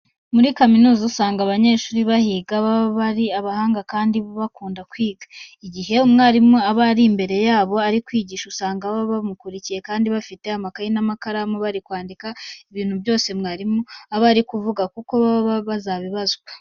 Muri kaminuza usanga abanyeshuri bahiga baba ari abahanga kandi bakunda kwiga. Igihe umwarimu aba ari imbere yabo ari kubigisha usanga baba bamukurikiye kandi bafite amakayi n'amakaramu bari kwandika ibintu byose mwarimu aba ari kuvuga kuko baba bazabibazwa.